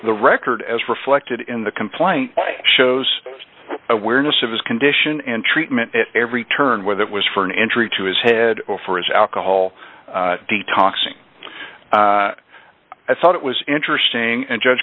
the record as reflected in the complaint shows awareness of his condition and treatment at every turn whether it was for an injury to his head or for his alcohol detoxing i thought it was interesting and judge